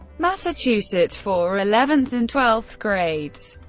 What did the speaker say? massachusetts, for eleventh and twelfth grades.